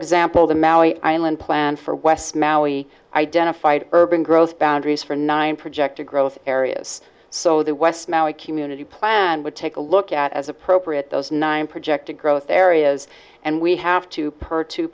example the maui island plan for west maui identified urban growth boundaries for nine projected growth areas so the west maui community plan would take a look at as appropriate those nine projected growth areas and we have two